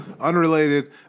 unrelated